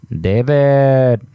David